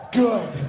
good